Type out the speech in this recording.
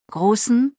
Großen